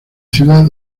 ciudad